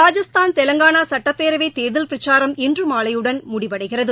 ராஜஸ்தான் தெலங்கானா சட்டப்பேரவை தேர்தல் பிரச்சாரம் இன்று மாலையுடன் முடிவடைகிறது